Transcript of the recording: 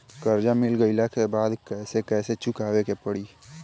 कर्जा मिल गईला के बाद कैसे कैसे चुकावे के पड़ी?